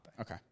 Okay